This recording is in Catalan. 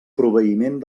proveïment